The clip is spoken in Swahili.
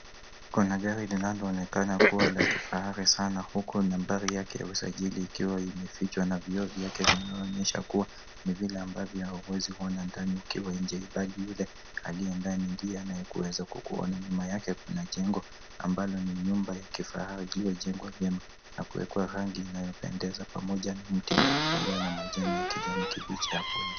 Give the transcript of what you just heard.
Kuna gari linaloonekana kuwa la kifahari sana huku nambari yake ya usajili ikiwa imefichwa na vioo vyake vinaonyesha kuwa ni vile ambavyo hauweziona ndani ukiwa nje bali yule aliye ndani ndiye anayeweza kukuona. Nyuma yake kuna jengo ambalo ni nyumba ya kifahari iliyojengwa vyema na kuwekwa rangi inayopendeza pamoja na mti uliona na majani ya kijani kibichi hapo nje.